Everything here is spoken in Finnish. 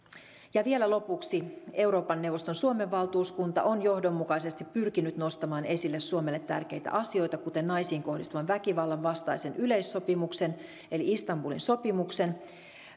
vielä lopuksi euroopan neuvoston suomen valtuuskunta on johdonmukaisesti pyrkinyt nostamaan esille suomelle tärkeitä asioita kuten naisiin kohdistuvan väkivallan vastaisen yleissopimuksen eli istanbulin sopimuksen